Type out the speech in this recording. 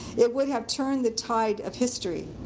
it would have turned the tide of history.